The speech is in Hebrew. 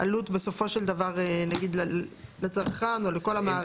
העלות בסופו של דבר נגיד לצרכן או לכל המערכת?